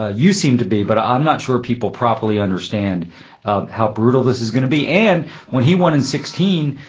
ah you seem to be, but i'm not sure people properly understand how brutal this is gonna be. and when he won in sixteen,